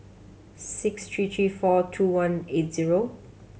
six three three four two one eight zero